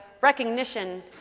recognition